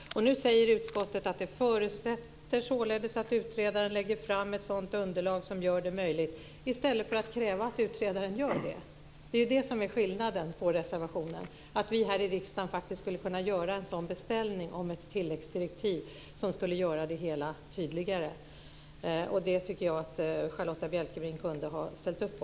Nu säger utskottet att det förutsätter således att utredaren lägger fram ett sådant underlag som gör det möjligt. Utskottet borde i stället kräva att utredaren gör det. Skillnaden är att vi i reservationen säger att vi här i riksdagen faktiskt skulle kunna göra en beställning av ett tilläggsdirektiv som skulle göra det hela tydligare. Det tycker jag att Charlotta Bjälkebring kunde ha ställt upp på.